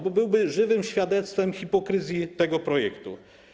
Byłby żywym świadectwem hipokryzji tego projektu.